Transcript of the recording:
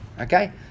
Okay